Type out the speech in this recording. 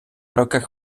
руках